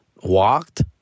walked